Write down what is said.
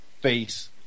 face